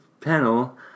panel